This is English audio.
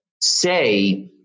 say